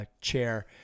chair